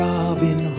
Robin